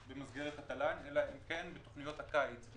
במסגרת התל"ן אלא אם כן בתכניות הקיץ.